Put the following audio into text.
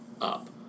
up